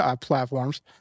platforms